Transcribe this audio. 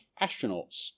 astronauts